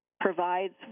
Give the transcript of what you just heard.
provides